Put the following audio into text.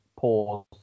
pause